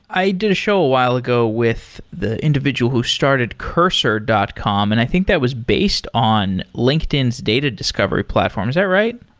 i did a show a while ago with the individual who started cursor dot com, and i think that was based on linkedin's data discovery platform. is that right?